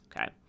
okay